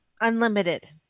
unlimited